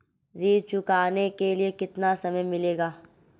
ऋण चुकाने के लिए कितना समय मिलेगा?